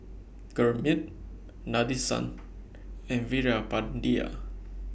Gurmeet Nadesan and Veerapandiya